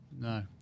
No